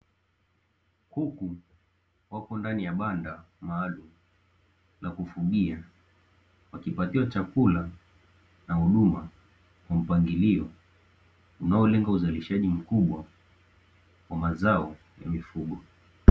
Kuku wapo ndani ya banda maalumu la kufugia wakipatiwa chakula na huduma kwa mpangilio unaolenga uzalishaji mkubwa wa mazao na mifugo.